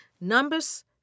Numbers